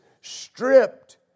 stripped